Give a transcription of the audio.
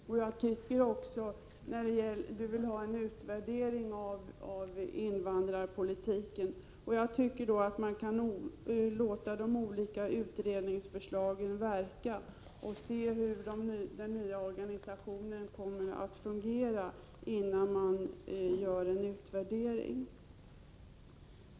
Beträffande en utvärdering av invandrarpolitiken tycker jag man kan låta de olika utredningsförslagen verka en tid så att man kan se hur den nya organisationen fungerar innan man gör en utvärdering.